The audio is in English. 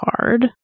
card